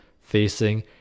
facing